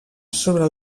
sobre